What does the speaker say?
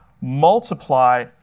multiply